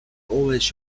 always